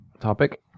topic